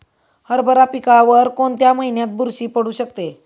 हरभरा पिकावर कोणत्या महिन्यात बुरशी पडू शकते?